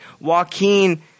Joaquin –